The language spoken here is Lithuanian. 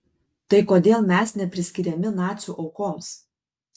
tai kodėl mes nepriskiriami nacių aukoms